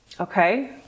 Okay